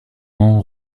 ans